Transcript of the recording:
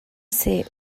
ser